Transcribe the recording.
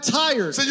tired